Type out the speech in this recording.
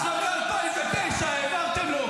תעשה לי טובה, אל תדבר איתי בכלל.